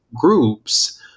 groups